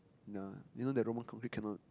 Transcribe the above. ya you know that Roman concrete cannot